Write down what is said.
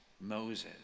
Moses